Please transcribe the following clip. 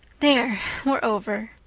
there we're over.